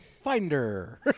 finder